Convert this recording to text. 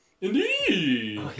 Indeed